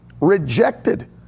Rejected